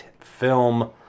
film